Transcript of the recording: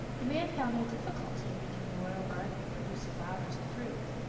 the man found no difficulty in making the royal garden produce flowers and fruit,